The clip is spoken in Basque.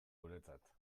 guretzat